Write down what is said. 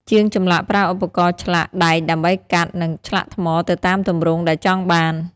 ជាងចម្លាក់ប្រើឧបករណ៍ឆ្លាក់ដែកដើម្បីកាត់ និងឆ្លាក់ថ្មទៅតាមទម្រង់ដែលចង់បាន។